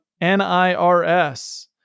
NIRS